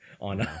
on